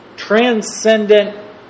transcendent